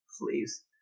please